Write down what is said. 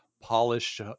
polished